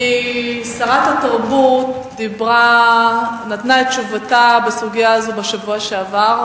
כי שרת התרבות נתנה את תשובתה בסוגיה הזו בשבוע שעבר,